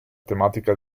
tematica